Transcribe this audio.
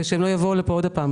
ושלא יבואו לפה עוד הפעם,